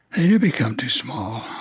yeah become too small,